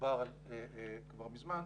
שחובר כבר מזמן,